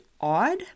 odd